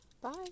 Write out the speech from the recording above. bye